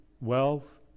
wealth